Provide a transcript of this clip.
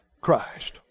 Christ